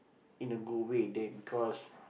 in a good way that because